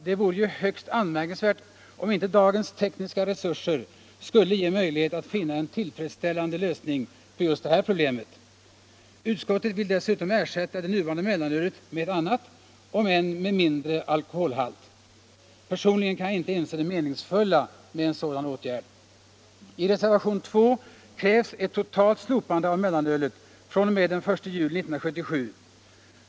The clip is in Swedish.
Det vore ju högst anmärkningsvärt om inte dagens tekniska resurser skulle ge möjlighet att finna en tillfredsställande lösning på just det här problemet. Utskottet vill dessutom ersätta det nuvarande mellanölet med ett annat, om än med mindre alkoholhalt. Personligen kan jag inte inse det meningsfulla i en sådan åtgärd. I reservationen 2 krävs ett totalt slopande av mellanölet fr.o.m. den 1 juli 1977.